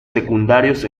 secundarios